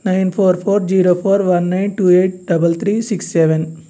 nine four four zero four one nine two eight double three six seven